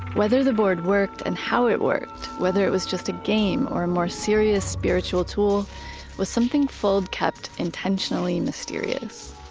whether the board worked and how it worked, whether it was just a game or a more serious spiritual tool was something fold kept intentionally mysterious.